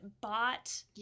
bought